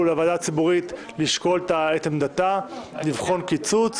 מהוועדה הציבורית לשקול את עמדתה לבחון קיצוץ,